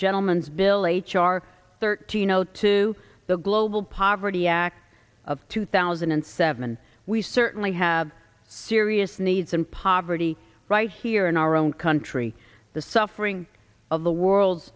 gentleman's bill h r thirteen zero two the global poverty act of two thousand and seven we certainly have serious needs and poverty right here in our own country the suffering of the world's